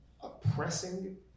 oppressing